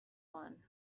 one